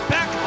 Back